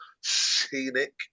scenic